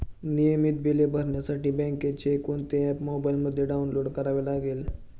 नियमित बिले भरण्यासाठी बँकेचे कोणते ऍप मोबाइलमध्ये डाऊनलोड करावे लागेल?